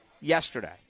yesterday